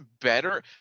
better